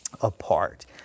apart